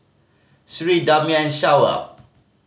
Sri Damia and Shoaib